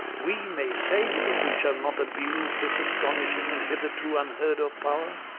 we may say that we shall not abuse this astonishing and hitherto unheard of power.